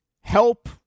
help